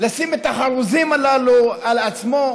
לשים את החרוזים הללו על עצמו,